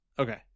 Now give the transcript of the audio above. Okay